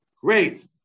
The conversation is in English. Great